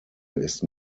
ist